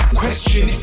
question